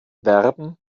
verben